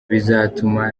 bizatuma